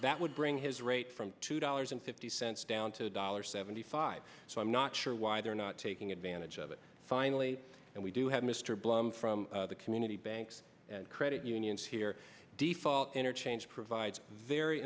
that would bring his rate from two dollars and fifty cents down to a dollar seventy five so i'm not sure why they're not taking advantage of it finally and we do have mr blom from the community banks and credit unions here default interchange provides very